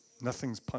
Nothing's